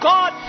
God